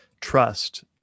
trust